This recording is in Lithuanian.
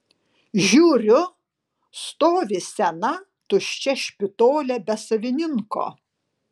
žiūriu stovi sena tuščia špitolė be savininko